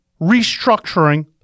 restructuring